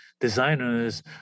designers